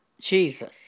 Jesus